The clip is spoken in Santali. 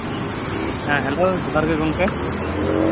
ᱦᱮᱸ ᱦᱮᱞᱳ ᱡᱚᱦᱟᱨ ᱜᱮ ᱜᱮᱢᱠᱮ